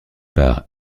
par